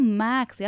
max